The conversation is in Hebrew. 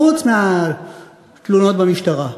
חוץ מהתלונות במשטרה.